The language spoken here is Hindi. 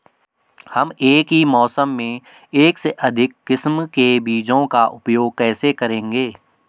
हम एक ही मौसम में एक से अधिक किस्म के बीजों का उपयोग कैसे करेंगे?